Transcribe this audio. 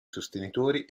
sostenitori